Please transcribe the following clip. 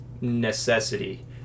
necessity